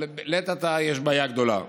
אבל לעת עתה יש בעיה גדולה.